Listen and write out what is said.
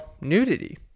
nudity